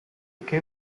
che